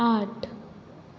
आठ